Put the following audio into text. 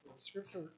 Scripture